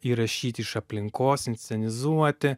įrašyti iš aplinkos inscenizuoti